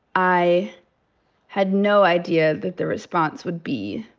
i had no idea that the response would be